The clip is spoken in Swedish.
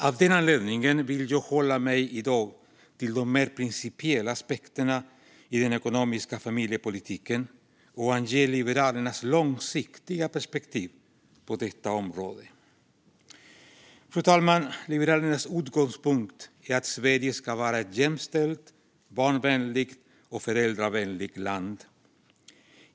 Av den anledningen vill jag i dag hålla mig till de mer principiella aspekterna av den ekonomiska familjepolitiken och ange Liberalernas långsiktiga perspektiv på detta område. Fru talman! Liberalernas utgångspunkt är att Sverige ska vara ett jämställt, barnvänligt och föräldravänligt land.